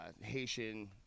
Haitian